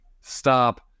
stop